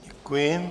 Děkuji.